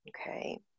Okay